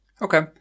Okay